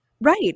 Right